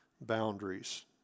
boundaries